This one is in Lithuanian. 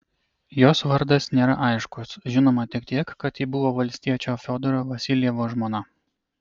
jos vardas nėra aiškus žinoma tik tiek kad ji buvo valstiečio fiodoro vasiljevo žmona